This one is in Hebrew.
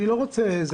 אני לא רוצה ל ---,